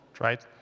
right